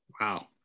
Wow